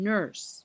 Nurse